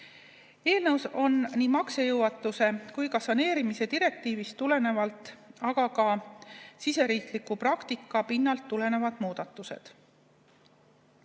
Eelnõus on nii maksejõuetuse kui saneerimise direktiivist tulenevalt, aga ka siseriikliku praktika pinnalt tulenevad muudatused.